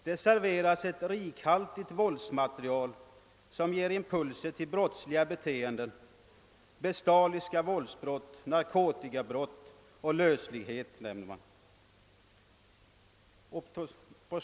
Det serveras ett rikhaltigt våldsmaterial som ger impulser till brottsliga beteenden.» Bestialiska våldsbrott, narkotikamissbruk och löslighet nämns också.